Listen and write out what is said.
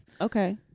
Okay